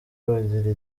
bagira